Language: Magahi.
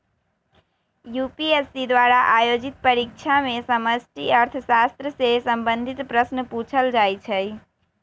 यू.पी.एस.सी द्वारा आयोजित परीक्षा में समष्टि अर्थशास्त्र से संबंधित प्रश्न पूछल जाइ छै